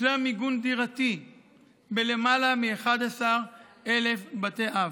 הושלם מיגון דירתי בלמעלה מ-11,000 בתי אב.